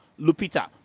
Lupita